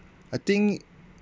I think